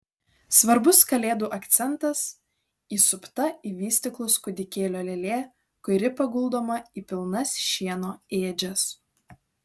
svarbus kalėdų akcentas įsupta į vystyklus kūdikėlio lėlė kuri paguldoma į pilnas šieno ėdžias